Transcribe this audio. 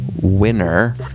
winner